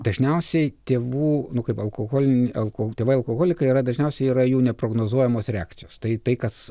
dažniausiai tėvų nu kaip alkoholį tėvai alkoholikai yra dažniausiai yra jų neprognozuojamos reakcijos tai tai kas